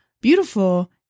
Beautiful